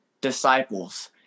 disciples